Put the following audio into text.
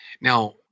Now